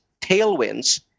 tailwinds